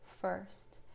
first